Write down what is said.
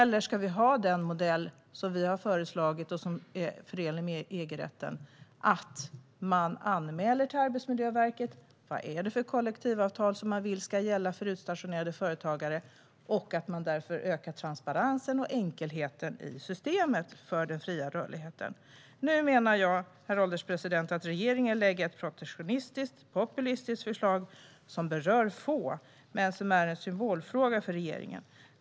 Eller ska vi ha den modell som vi har föreslagit och som är förenlig med EG-rätten, nämligen att man anmäler till Arbetsmiljöverket vad det är för kollektivavtal som man vill ska gälla för utstationerade företagare och därigenom ökar transparensen och enkelheten i systemet för den fria rörligheten? Nu menar jag, herr ålderspresident, att regeringen lägger fram ett protektionistiskt, populistiskt förslag som berör få men som är en symbolfråga för regeringen.